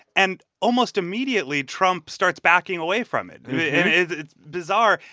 and almost immediately, trump starts backing away from it. it's bizarre.